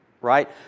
right